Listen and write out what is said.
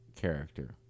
character